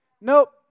Nope